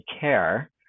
care